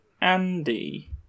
Andy